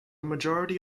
majority